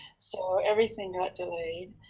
so everything got delayed.